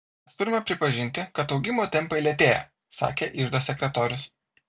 mes turime pripažinti kad augimo tempai lėtėja sakė iždo sekretorius